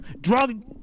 drug